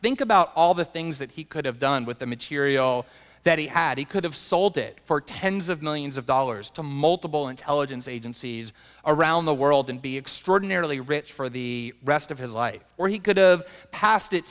think about all the things that he could have done with the material that he had he could have sold it for tens of millions of dollars to multiple intelligence agencies around the world and be extraordinarily rich for the rest of his life or he could've pass